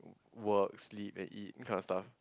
work sleep and eat that kind of stuff